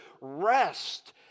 rest